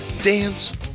dance